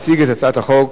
יציג את הצעת החוק